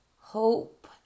hope